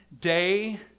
day